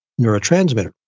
neurotransmitter